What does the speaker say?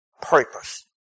purpose